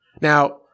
Now